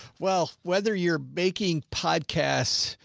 well, whether you're baking podcasts,